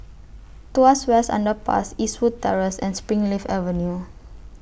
Tuas West Underpass Eastwood Terrace and Springleaf Avenue